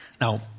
Now